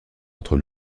entre